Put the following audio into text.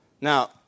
Now